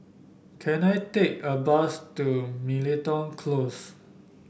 can I take a bus to Miltonia Close